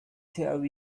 tell